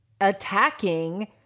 attacking